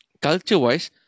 Culture-wise